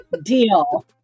Deal